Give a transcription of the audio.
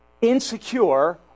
insecure